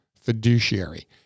fiduciary